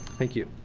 thank you.